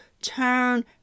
Turn